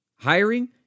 Hiring